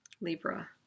Libra